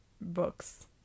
books